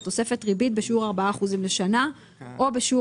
בתוספת ריבית בשיעור 4% לשנה או בשיעור